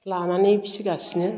लानानै फिगासिनो